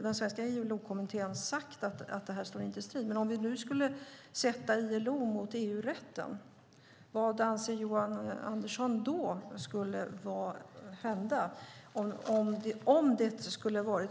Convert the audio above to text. Svenska ILO-kommittén har alltså sagt att förslaget inte står i strid med Sveriges åtagande. Men om vi nu skulle sätta ILO mot EU-rätten, vad anser Johan Andersson då skulle hända, alltså om man